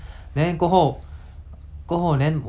pastor 就就问我 lah like